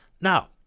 Now